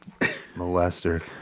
Molester